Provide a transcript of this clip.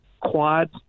quad